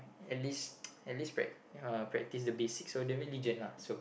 at least at least prac~ practice the basic of the religion lah